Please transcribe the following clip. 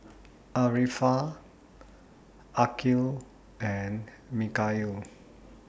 Arifa Aqil and Mikhail